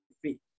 free